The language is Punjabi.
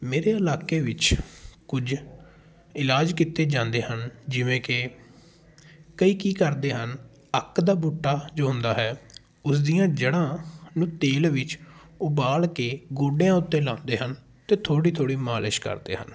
ਮੇਰੇ ਇਲਾਕੇ ਵਿੱਚ ਕੁੱਝ ਇਲਾਜ ਕੀਤੇ ਜਾਂਦੇ ਹਨ ਜਿਵੇਂ ਕਿ ਕਈ ਕੀ ਕਰਦੇ ਹਨ ਅੱਕ ਦਾ ਬੂਟਾ ਜੋ ਹੁੰਦਾ ਹੈ ਉਸਦੀਆਂ ਜੜ੍ਹਾਂ ਨੂੰ ਤੇਲ ਵਿੱਚ ਉਬਾਲ ਕੇ ਗੋਡਿਆਂ ਉੱਤੇ ਲਗਾਉਂਦੇ ਹਨ ਅਤੇ ਥੋੜ੍ਹੀ ਥੋੜ੍ਹੀ ਮਾਲਿਸ਼ ਕਰਦੇ ਹਨ